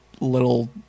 little